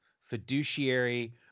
fiduciary